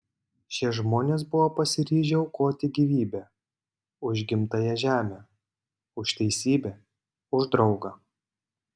šie žmonės buvo pasiryžę aukoti gyvybę už gimtąją žemę už teisybę už draugą